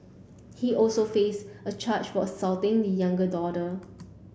he also face a charge for assaulting the younger daughter